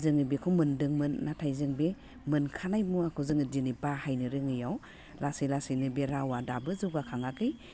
जोङो बेखौ मोन्दोंमोन नाथाय जों बे मोनखानाय मुवाखौ जोङो दिनै बाहायनो रोङैयाव लासै लासैनो बे रावा दाबो जौगाखाङाखै